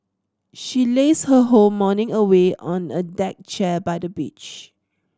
she lazed her whole morning away on a deck chair by the beach